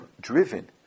driven